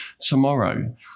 tomorrow